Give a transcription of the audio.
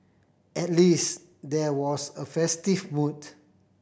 at least there was a festive mood